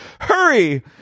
Hurry